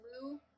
blue